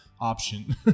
option